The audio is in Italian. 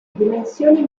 dimensioni